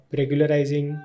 regularizing